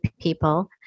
people